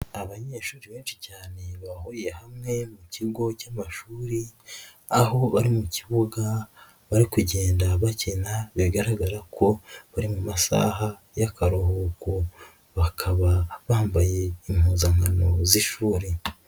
Abanyeshuri benshi cyane bahuriye hamwe mu kigo cy'amashuri, aho bari mu kibuga bari kugenda bakina, bigaragara ko bari mu masaha y'akaruhuko, bakaba bambaye impuzankano z'ishuri.